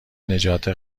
نجات